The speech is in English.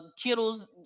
Kittle's